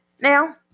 Now